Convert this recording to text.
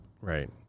Right